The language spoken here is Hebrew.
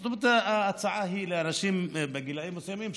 זאת אומרת, ההצעה היא לאנשים בגילאים מסוימים.